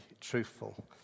truthful